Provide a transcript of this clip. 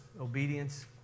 Obedience